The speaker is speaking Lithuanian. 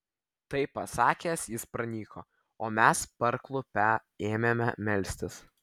tai pasakęs jis pranyko o mes parklupę ėmėme melstis